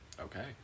Okay